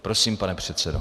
Prosím, pane předsedo.